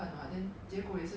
oh ya hor